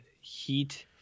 Heat